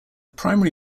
primary